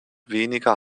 weniger